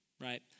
right